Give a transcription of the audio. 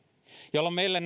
jolloin meillä